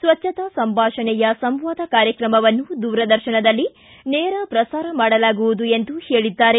ಸ್ವಚ್ದತಾ ಸಂಭಾಷಣೆಯ ಸಂವಾದ ಕಾರ್ಯಕ್ರಮವನ್ನು ದೂರದರ್ಶನದಲ್ಲಿ ನೇರಪ್ರಸಾರ ಮಾಡಲಾಗುವುದು ಎಂದು ಹೇಳಿದ್ದಾರೆ